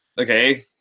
okay